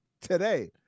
today